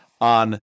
on